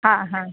હા હા